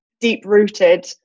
deep-rooted